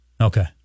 Okay